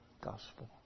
gospel